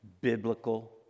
biblical